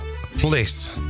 please